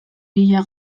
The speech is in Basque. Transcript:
bila